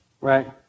right